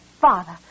Father